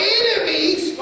enemies